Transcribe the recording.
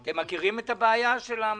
אתם מכירי את הבעיה של המתנסים?